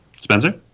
Spencer